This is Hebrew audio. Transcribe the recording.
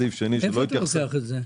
לא יעזור כלום,